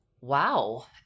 wow